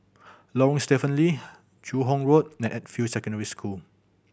Lorong Stephen Lee Joo Hong Road and Edgefield Secondary School